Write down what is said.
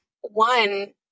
one